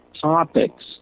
topics